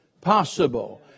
possible